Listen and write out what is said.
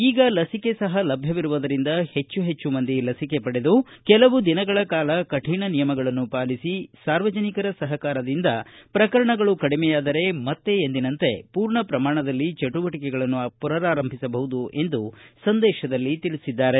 ಈಗ ಲಸಿಕೆ ಸಹ ಲಭ್ಯವಿರುವುದರಿಂದ ಹೆಚ್ಚು ಹೆಚ್ಚು ಮಂದಿ ಲಸಿಕೆ ಪಡೆದು ಕೆಲವು ದಿನಗಳ ಕಾಲ ಕಠಿಣ ನಿಯಮಗಳನ್ನು ಪಾಲಿಸಿ ಸಾರ್ವಜನಿಕರ ಸಹಕಾರದಿಂದ ಪ್ರಕರಣಗಳು ಕಡಿಮೆಯಾದರೆ ಮತ್ತೆ ಎಂದಿನಂತೆ ಪೂರ್ಣ ಪ್ರಮಾಣದಲ್ಲಿ ಚಟುವಟಿಕೆಗಳನ್ನು ಪುನರಾರಂಭಿಸಬಹುದು ಎಂದು ಸಂದೇಶದಲ್ಲಿ ತಿಳಿಸಿದ್ದಾರೆ